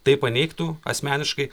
tai paneigtų asmeniškai